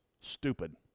stupid